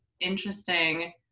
interesting